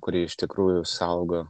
kurie iš tikrųjų saugo